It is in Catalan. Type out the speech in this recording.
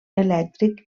elèctric